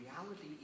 reality